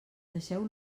deixeu